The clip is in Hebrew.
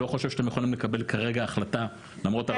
אני לא חושב שאתם יכולים לקבל כרגע החלטה למרות ה